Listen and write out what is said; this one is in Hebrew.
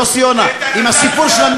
יוסי יונה עם הסיפור של,